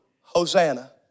Hosanna